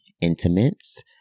intimates